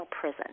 prison